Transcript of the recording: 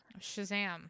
Shazam